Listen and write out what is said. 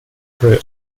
her